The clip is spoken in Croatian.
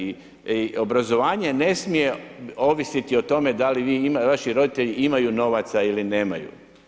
I obrazovanje ne smije ovisiti o tome da li vi imate, vaši roditelji imaju novaca ili nemaju.